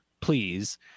please